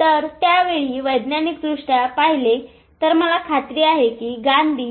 तर त्या वेळीवैज्ञानिक दृष्ट्या पहिले तर मला खात्री आहे की गांधी ही